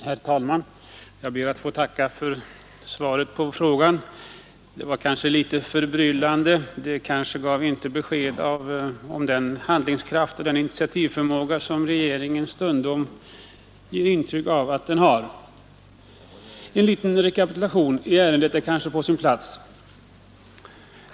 Herr talman! Jag ber att få tacka för svaret på frågan. Det var kanske litet förbryllande. Det gav inte prov på den handlingskraft och den initiativförmåga som regeringen så gärna ger intryck av att ha. En liten rekapitulation av vad som hänt i ärendet är kanske på sin plats.